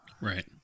Right